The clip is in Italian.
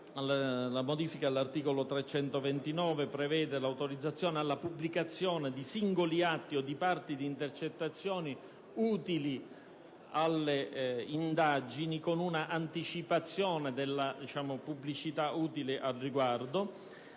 di procedura penale prevede l'autorizzazione alla pubblicazione di singoli atti o di parti di intercettazioni utili alle indagini, con una anticipazione della pubblicità utile al riguardo.